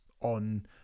on